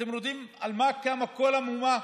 אתם יודעים על מה קמה כל המהומה?